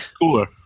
Cooler